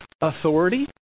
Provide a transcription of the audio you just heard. authority